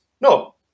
no